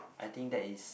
I think that is